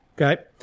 Okay